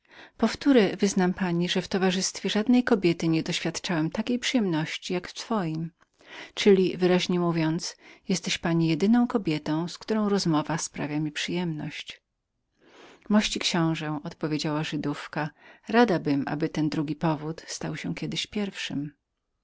powtóre wyznam pani że w żadnej kobiety towarzystwie nie doświadczyłem takiej przyjemności ile w twojem czyli wyraźniej mówiąc jesteś pani jedyną kobietą której rozmowa sprawia mi przyjemność mości książe odpowiedziała żydówka radabym aby ten drugi powód stał się kiedyś pierwszym